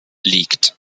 liegt